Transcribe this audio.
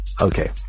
Okay